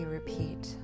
repeat